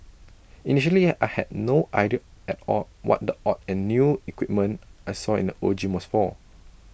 initially I had no idea at all what the odd and new equipment I saw in the old gym was for